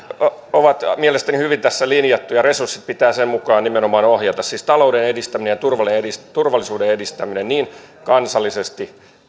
on mielestäni hyvin tässä linjattu ja resurssit pitää sen mukaan nimenomaan ohjata siis talouden edistäminen ja turvallisuuden edistäminen niin kansallisesti